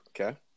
Okay